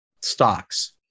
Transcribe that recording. stocks